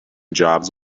jobs